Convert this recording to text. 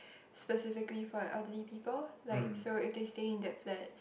specifically for elderly people like so if they stay in that flat